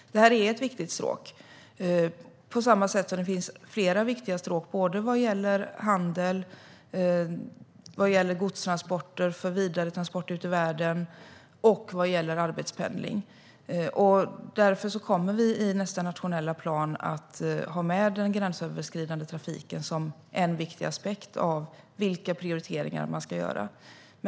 Detta är ett viktigt stråk, på samma sätt som det finns flera viktiga stråk vad gäller såväl handel och godstransporter för vidare transport ut i världen som arbetspendling. Därför kommer vi i nästa nationella plan att ha med den gränsöverskridande trafiken som en viktig aspekt av vilka prioriteringar man ska göra.